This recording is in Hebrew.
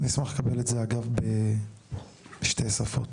אני אשמח לקבל את זה בשתי שפות.